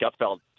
Gutfeld